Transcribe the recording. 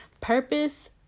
Purpose